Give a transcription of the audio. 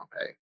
hey